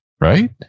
right